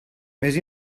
més